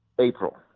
april